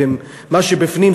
ומה שבפנים,